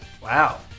wow